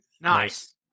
Nice